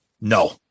no